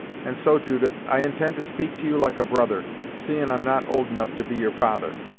and so judith, i intend to speak to you like a brother, seein' i'm not old enough to be your father.